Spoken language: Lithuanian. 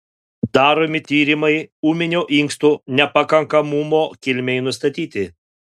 daromi tyrimai ūminio inkstų nepakankamumo kilmei nustatyti